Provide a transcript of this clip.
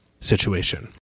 situation